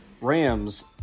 Rams